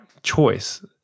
Choice